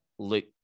look